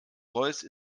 royce